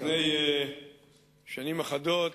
לפני שנים אחדות,